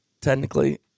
technically